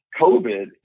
COVID